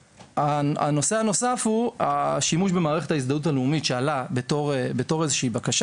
הנושא הנוסף הוא השימוש במערכת ההזדהות הלאומית שעלה בתור בקשה,